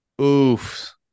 Oof